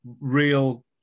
real